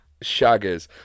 shaggers